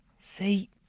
See